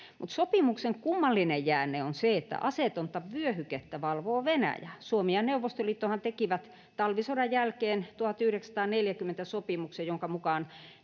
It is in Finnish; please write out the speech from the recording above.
sopimuksen kummallinen jäänne on se, että aseetonta vyöhykettä valvoo Venäjä. Suomi ja Neuvostoliittohan tekivät talvisodan jälkeen 1940 sopimuksen, jonka mukaan